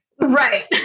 Right